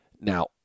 now